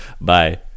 bye